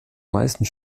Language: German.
meisten